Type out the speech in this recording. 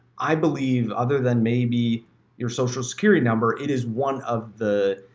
i believe other than maybe your social security number, it is one of the,